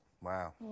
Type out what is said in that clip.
Wow